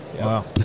Wow